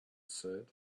said